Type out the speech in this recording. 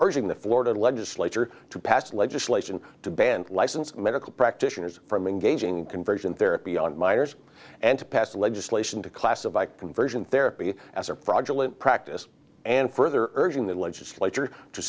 urging the florida legislature to pass legislation to ban licensed medical practitioners from engaging in conversion therapy on miers and to pass legislation to classify conversion therapy as a fraudulent practice and further urging the legislature to